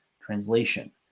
translation